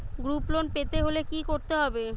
Group loan পেতে হলে কি করতে হবে?